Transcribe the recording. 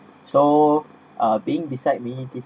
so uh being beside me